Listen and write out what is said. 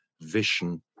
vision